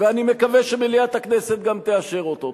ואני מקווה שמליאת הכנסת גם תאשר אותו.